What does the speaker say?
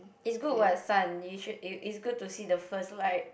is good what sun you should is is good to see the first light